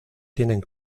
tienen